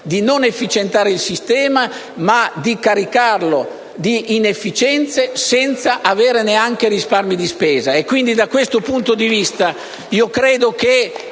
di non efficientare il sistema, ma di caricarlo di inefficienze senza risparmi di spesa.